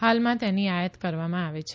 હાલમાં તેની આયાત કરવામાં આવે છે